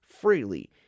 freely